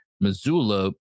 Missoula